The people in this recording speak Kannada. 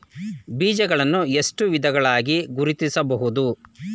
ಬೀಜಗಳನ್ನು ಎಷ್ಟು ವಿಧಗಳಾಗಿ ಗುರುತಿಸಬಹುದು?